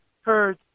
heard